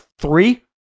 three